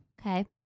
Okay